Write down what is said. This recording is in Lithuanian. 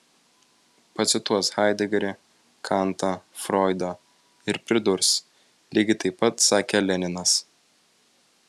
pacituos haidegerį kantą froidą ir pridurs lygiai taip pat sakė leninas